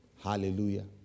Hallelujah